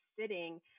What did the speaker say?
sitting